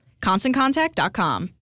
ConstantContact.com